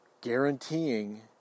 Guaranteeing